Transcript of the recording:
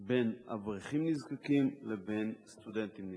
בין אברכים נזקקים לבין סטודנטים נזקקים.